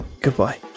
Goodbye